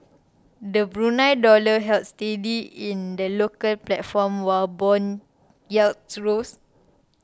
the Brunei dollar held steady in the local platform while bond yields rose